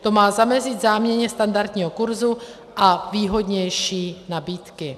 To má zamezit záměně standardního kurzu a výhodnější nabídky.